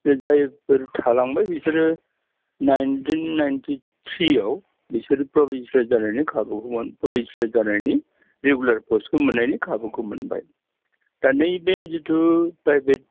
बे जायफोर थालांबाय बिसोरो नाइन्टिन नाइन्टि थ्रिआव बिसोर प्रभिन्सियेलाइस्द जानायनि खाबुखौ मोनो प्रभिन्सियेल जानायनि रेगुलार पस्टखौ मोननायनि खाबुखौ मोनबाय दा नै बे जितु प्राइभेट